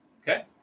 Okay